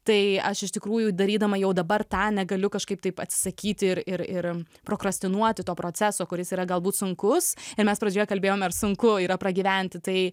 tai aš iš tikrųjų darydama jau dabar tą negaliu kažkaip taip atsisakyti ir ir ir prokrastinuoti to proceso kuris yra galbūt sunkus ir mes pradžioje kalbėjom ar sunku yra pragyventi tai